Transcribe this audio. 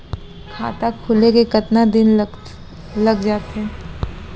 खाता खुले में कतका दिन लग जथे?